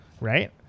right